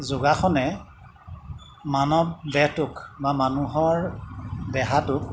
যোগাসনে মানৱ দেহটোক বা মানুহৰ দেহাটোক